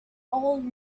old